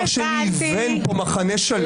זה דבר שניוון פה מחנה שלם,